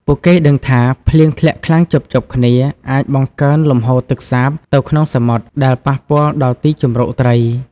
ពួកគេដឹងថា ភ្លៀងធ្លាក់ខ្លាំងជាប់ៗគ្នា អាចបង្កើនលំហូរទឹកសាបទៅក្នុងសមុទ្រ ដែលប៉ះពាល់ដល់ទីជម្រកត្រី។